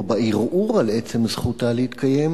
או בערעור על עצם זכותה להתקיים,